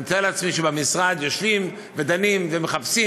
אני מתאר לעצמי שבמשרד יושבים ודנים ומחפשים,